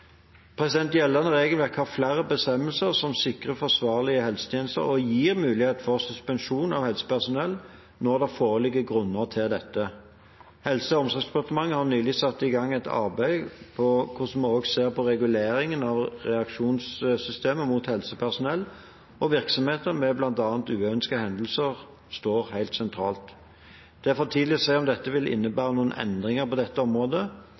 Gjeldende regelverk har flere bestemmelser som sikrer forsvarlige helsetjenester og gir muligheter for suspensjon av helsepersonell når det foreligger grunner til det. Helse- og omsorgsdepartementet har nylig satt i gang et arbeid hvor reguleringen av reaksjonssystemet mot helsepersonell og virksomheter ved bl.a. uønskede hendelser står helt sentralt. Det er for tidlig å si om dette vil innebære noen endringer på dette området.